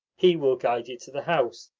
he will guide you to the house,